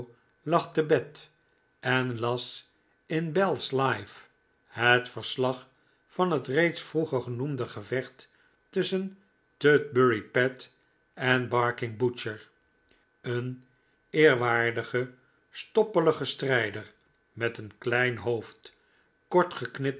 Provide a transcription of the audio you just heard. te bed en las in bells life het verslag van het reeds vroeger genoemde gevecht tusschen tutbury pet en barking butcher een eerbiedwaardige stoppelige strijder met een klein hoofd kort geknipte